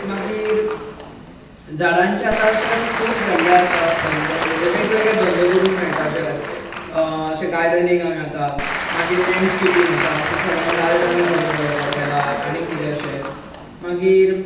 मागीर झाडांचे आतां अशें खूब जाल्लें आसा धंदे म्हणजे वेगवेगळे धंदो करूक मेळटात अशे गार्डनींग आसा मागीर लेंडस्केपींग आसा सगळ्यांक गार्डनां करून दिवप हॉटेलांक अशें मागीर